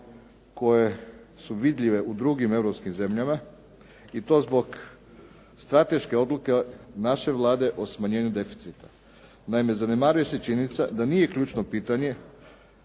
koje su vidljive u drugim europskim zemljama i to zbog strateške odluke naše Vlade o smanjenju deficita. Naime, zanemaruje se činjenica da nije ključno pitanje